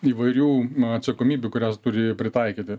įvairių atsakomybių kurias turi pritaikyti